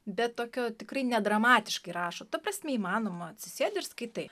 bet tokio tikrai ne dramatiškai rašo ta prasme įmanoma atsisėdi ir skaitai